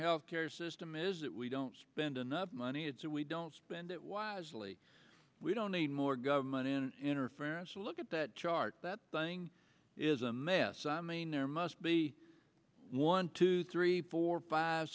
health care system is that we don't spend enough money it's that we don't spend it wisely we don't need more government and interference look at that chart that thing is a mess i mean there must be one two three four five